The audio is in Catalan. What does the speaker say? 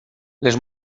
les